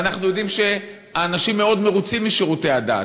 ואנחנו יודעים שהאנשים מאוד מרוצים משירותי הדת,